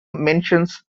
mentions